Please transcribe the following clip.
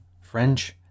French